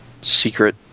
secret